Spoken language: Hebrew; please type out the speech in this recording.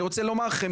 אני רוצה לומר לכם,